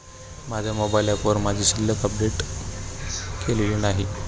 माझ्या मोबाइल ऍपवर माझी शिल्लक अपडेट केलेली नाही